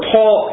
Paul